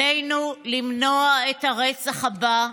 עלינו למנוע את הרצח הבא,